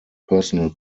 personal